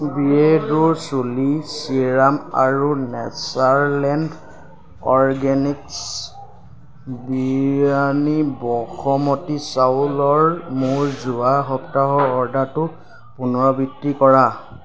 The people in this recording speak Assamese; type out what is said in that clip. বিয়েৰ্ডো চুলিৰ চিৰাম আৰু নেচাৰলেণ্ড অৰগেনিক্ছ বিৰিয়ানীৰ বসমতী চাউলৰ মোৰ যোৱা সপ্তাহৰ অৰ্ডাৰটো পুনৰাবৃত্তি কৰা